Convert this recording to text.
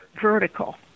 vertical